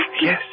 yes